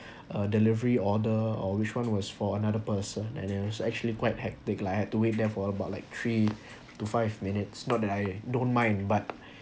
a delivery order or which one was for another person and it was actually quite hectic lah I have to wait there for about like three to five minutes not that I don't mind but